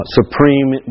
supreme